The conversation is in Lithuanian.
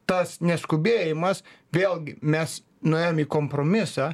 tas neskubėjimas vėlgi mes nuėjom į kompromisą